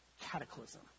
cataclysm